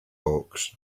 hawks